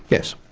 yes.